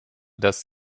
dass